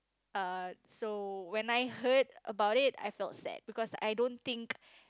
uh so when I heard about it I felt sad because I don't think